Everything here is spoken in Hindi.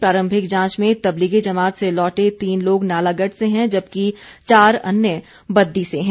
प्रारंभिक जांच में तबलीगी जमात से लौटे तीन लोग नालागढ़ से हैं जबकि चार अन्य बददी से हैं